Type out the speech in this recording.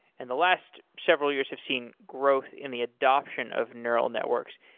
and the last several years have seen growth in the adoption of neural networks.